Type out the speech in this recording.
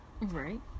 Right